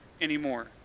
anymore